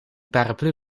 paraplu